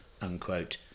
unquote